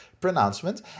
pronouncement